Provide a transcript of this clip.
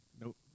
Nope